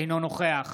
אינו נוכח